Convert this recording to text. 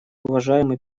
уважаемый